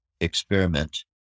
experiment